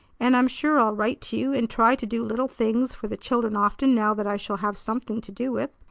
and i'm sure i'll write to you and try to do little things for the children often, now that i shall have something to do with.